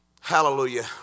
Hallelujah